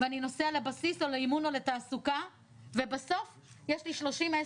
ואני נוסע לבסיס או לאימון או לתעסוקה ובסוף יש לי 3010',